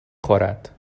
خورد